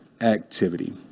activity